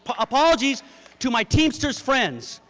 ah apologies to my teamsters friends,